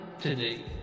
today